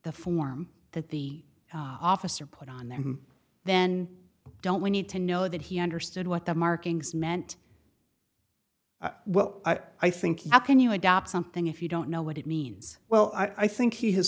the form that the officer put on them then don't we need to know that he understood what the markings meant well i think how can you adopt something if you don't know what it means well i think he has